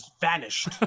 vanished